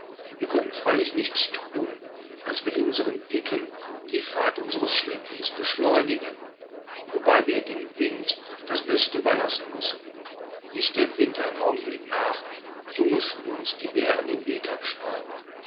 wir konnten freilich nichts tun als mit unsern picken die fahrt unsres schlittens beschleunigen wobei wir dem wind das beste überlassen mußten ließ der wind einen augenblick nach so mußten uns die bären den weg abschneiden